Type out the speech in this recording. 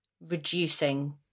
reducing